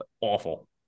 awful